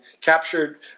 captured